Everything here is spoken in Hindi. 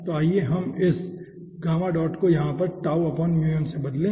तो आइए हम इस को यहाँ इस से बदलें